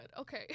Okay